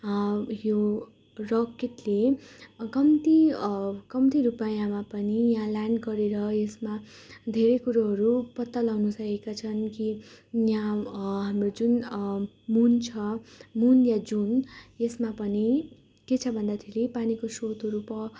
यो रकेटले कम्ती कम्ती रुपियाँमा पनि यहाँ ल्यान्ड गरेर यसमा धेरै कुरोहरू पत्ता लगाउनसकेका छन् कि यहाँ हाम्रो जुन मुन छ मुन या जुन यसमा पनि के छ भन्दाखेरि पानीको स्रोतहरू प